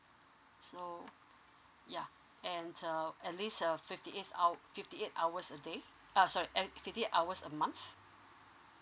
so ya and uh at least a fifty eight hours fifty eight hours a day uh sorry at fifty hours a month